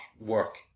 work